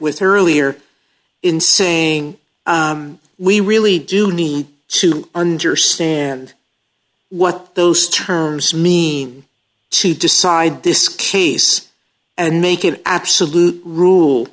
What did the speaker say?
with her earlier in saying we really do need to understand what those terms mean to decide this case and make an absolute rule